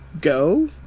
go